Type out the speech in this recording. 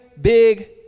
big